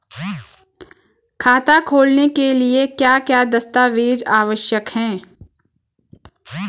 खाता खोलने के लिए क्या क्या दस्तावेज़ आवश्यक हैं?